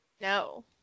No